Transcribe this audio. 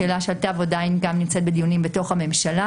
שאלה שעדיין נמצאת בדיונים בתוך הממשלה